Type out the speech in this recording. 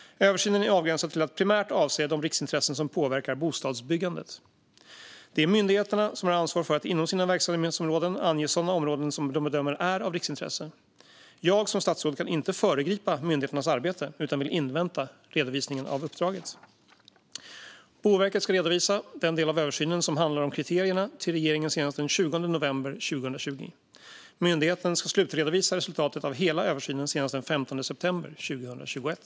Översynen är avgränsad till att primärt avse de riksintressen som påverkar bostadsbyggandet. Det är myndigheterna som har ansvar för att inom sina verksamhetsområden ange sådana områden som de bedömer är av riksintresse. Jag som statsråd kan inte föregripa myndigheternas arbete utan vill invänta redovisningen av uppdraget. Boverket ska redovisa den del av översynen som handlar om kriterierna till regeringen senast den 20 november 2020. Myndigheten ska slutredovisa resultatet av hela översynen senast den 15 september 2021.